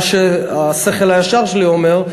מה שהשכל הישר שלי אומר,